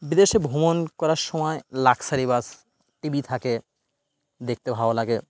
বিদেশে ভ্রমণ করার সময় লাক্সারি বাস টি ভি থাকে দেখতে ভালো লাগে